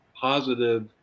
positive